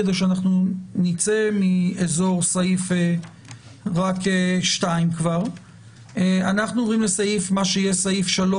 אנחנו נצא מאזור סעיף 2. אנחנו עוברים למה שיהיה סעיף 3,